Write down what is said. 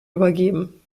übergeben